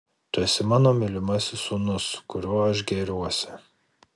tu esi mano mylimasis sūnus kuriuo aš gėriuosi